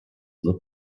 nur